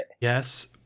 Yes